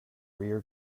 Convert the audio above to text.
rear